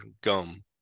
gum